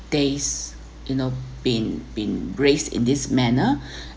days you know been been raised in this manner